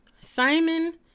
Simon